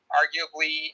arguably